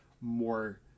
more